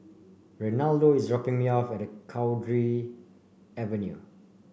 Reinaldo is dropping me off at Cowdray Avenue